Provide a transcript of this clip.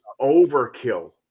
overkill